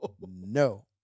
No